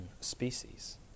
species